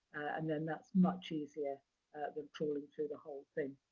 and then that's much easier than scrolling through the whole thing.